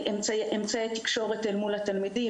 אמצעי תקשורת מול התלמידים,